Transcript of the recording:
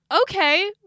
okay